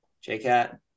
J-Cat